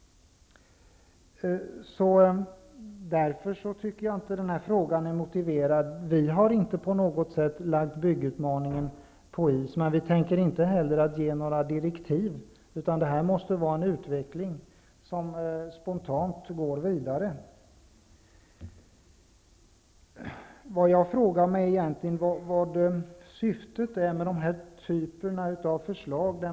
Därför tycker jag inte att den här aktuella frågan är motiverad. Vi har inte på något sätt lagt frågan om byggutmaningen på is. Men vi tänker inte heller ge direktiv, utan här måste det vara en utveckling som spontant går vidare. Vad är egentligen syftet med dessa typer av förslag?